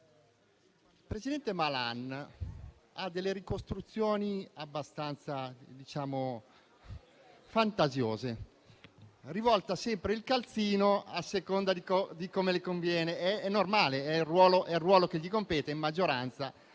il presidente Malan ha delle ricostruzioni abbastanza fantasiose. Rivolta sempre il calzino, a seconda di come conviene. È normale, in quanto è il ruolo che gli compete in maggioranza.